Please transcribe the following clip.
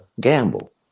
gamble